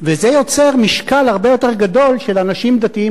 וזה יוצר משקל הרבה יותר גדול של אנשים דתיים